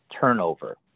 turnover